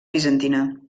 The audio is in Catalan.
bizantina